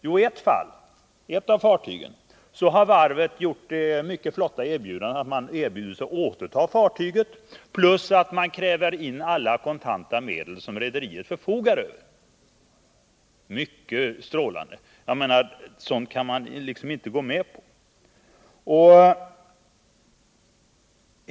Jo, när det gäller ett av fartygen har varvet lämnat det mycket flotta erbjudandet att man skall återta fartyget samtidigt som man kräver in alla kontanta medel som rederiet förfogar över. Något sådant kan man ju inte gå med på.